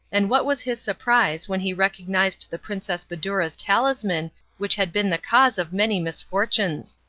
and what was his surprise when he recognised the princess badoura's talisman which had been the cause of many misfortunes.